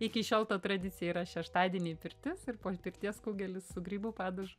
iki šiol ta tradicija yra šeštadienį pirtis ir po pirties kugelis su grybų padažu